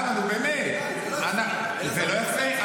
זה לא יפה.